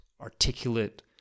articulate